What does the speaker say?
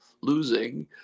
losing